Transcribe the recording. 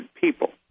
people